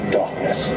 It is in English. darkness